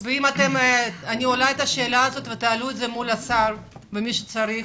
שתעלו את השאלה בפני השר או בפני מי שצריך,